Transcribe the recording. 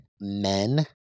men